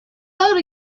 boat